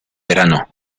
verano